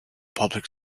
public